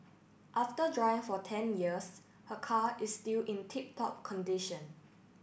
after drying for ten years her car is still in tip top condition